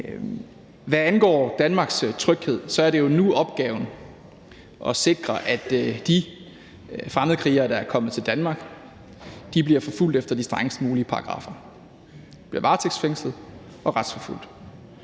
Hvad angår Danmarks tryghed, så er det jo nu opgaven at sikre, at de fremmedkrigere, der er kommet til Danmark, bliver forfulgt efter de strengest mulige paragraffer. De bliver varetægtsfængslet og retsforfulgt.